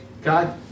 God